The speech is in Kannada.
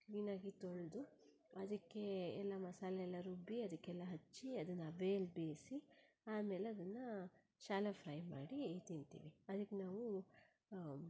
ಕ್ಲೀನಾಗಿ ತೊಳೆದು ಅದಕ್ಕೆ ಎಲ್ಲ ಮಸಾಲೆ ಎಲ್ಲ ರುಬ್ಬಿ ಅದಕ್ಕೆಲ್ಲ ಹಚ್ಚಿ ಅದನ್ನು ಹಬೆಯಲ್ಲಿ ಬೇಯಿಸಿ ಆಮೇಲೆ ಅದನ್ನು ಶ್ಯಾಲೋ ಫ್ರೈ ಮಾಡಿ ತಿಂತೀವಿ ಅದಕ್ಕೆ ನಾವು